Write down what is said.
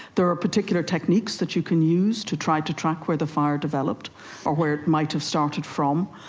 there are particular techniques that you can use to try to track where the fire developed or where it might have started from,